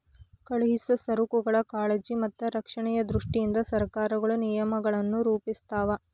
ಕಳುಹಿಸೊ ಸರಕುಗಳ ಕಾಳಜಿ ಮತ್ತ ರಕ್ಷಣೆಯ ದೃಷ್ಟಿಯಿಂದ ಸರಕಾರಗಳು ನಿಯಮಗಳನ್ನ ರೂಪಿಸ್ತಾವ